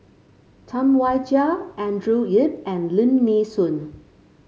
Tam Wai Jia Andrew Yip and Lim Nee Soon